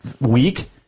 week